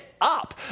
up